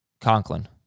Conklin